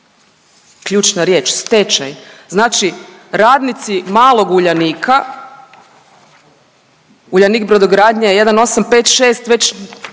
ključna riječ stečaj. Znači radnici malog Uljanika, Uljanik brodogradnje 1856 već